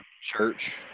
church